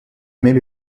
même